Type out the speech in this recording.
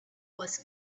was